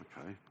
okay